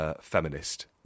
Feminist